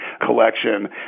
collection